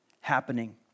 happening